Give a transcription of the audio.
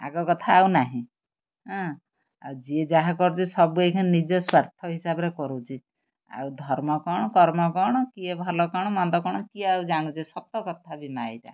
ଆଗ କଥା ଆଉ ନାହିଁ ହାଁ ଆଉ ଯିଏ ଯାହା କରୁଛି ସବୁ ଏଇଖିଣି ନିଜ ସ୍ୱାର୍ଥ ହିସାବରେ କରୁଛି ଆଉ ଧର୍ମ କ'ଣ କର୍ମ କ'ଣ କିଏ ଭଲ କ'ଣ ମନ୍ଦ କ'ଣ କିଏ ଆଉ ଜାଣୁଛି ସତ କଥା ବି ମାଆ ଏଇଟା